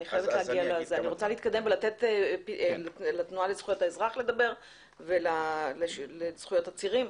אני רוצה להתקדם ולתת לתנועה לזכויות האזרח לדבר ולזכויות עצירים,